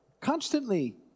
constantly